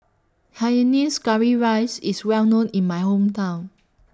Hainanese Curry Rice IS Well known in My Hometown